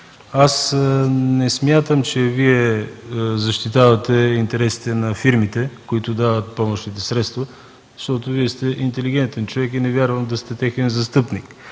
аз не смятам, че Вие защитавате интересите на фирмите, които дават помощните средства, защото сте интелигентен човек и не вярвам да сте техен застъпник.